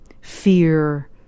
fear